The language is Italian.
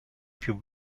più